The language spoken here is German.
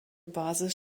basis